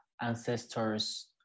ancestors